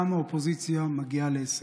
גם האופוזיציה מגיעה להישגים.